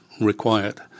required